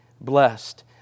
blessed